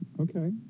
Okay